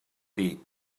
dir